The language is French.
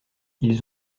ils